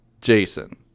Jason